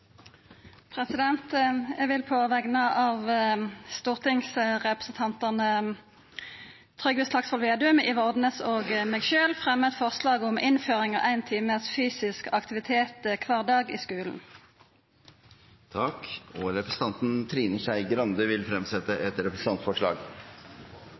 Eg vil på vegner av stortingsrepresentantane Trygve Slagsvold Vedum, Ivar Odnes og meg sjølv fremja eit forslag om innføring av ein times fysisk aktivitet kvar dag i skulen. Og representanten Trine Skei Grande vil fremsette